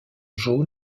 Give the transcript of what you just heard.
jaune